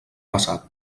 passat